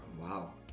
Wow